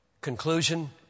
Conclusion